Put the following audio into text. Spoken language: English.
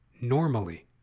normally